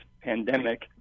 pandemic